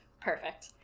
Perfect